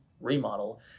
remodel